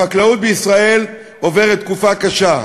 החקלאות בישראל עוברת תקופה קשה.